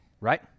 Right